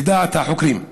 לדעת החוקרים,